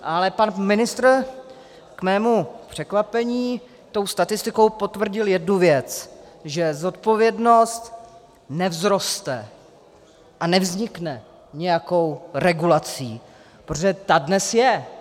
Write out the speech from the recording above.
Ale pan ministr k mému překvapení tou statistikou potvrdil jednu věc, že zodpovědnost nevzroste a nevznikne nějakou regulací, protože ta dnes je.